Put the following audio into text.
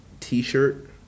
t-shirt